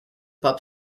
pop